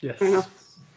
Yes